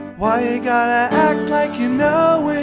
why i got like, you know, and